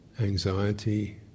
anxiety